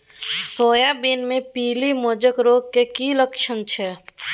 Soybean मे पीली mosaic रोग के की लक्षण छीये?